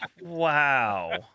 wow